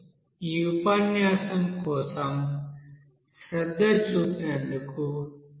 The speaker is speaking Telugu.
ఈ ఉపన్యాసం కోసం శ్రద్ధ చూపినందుకు థాంక్స్